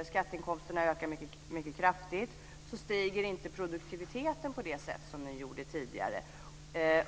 och skatteinkomsterna ökar mycket kraftigt, att produktiviteten inte stiger på det sätt som den gjorde tidigare.